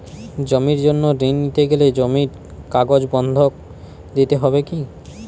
জমির জন্য ঋন নিতে গেলে জমির কাগজ বন্ধক দিতে হবে কি?